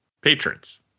patrons